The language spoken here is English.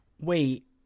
Wait